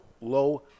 low